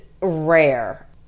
rare